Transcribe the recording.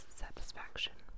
satisfaction